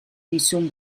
dizun